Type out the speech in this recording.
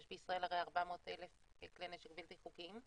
יש בישראל הרי 400,000 כלי נשק בלתי חוקיים,